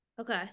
Okay